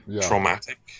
traumatic